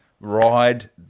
ride